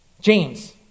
James